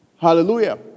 Hallelujah